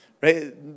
right